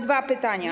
Dwa pytania.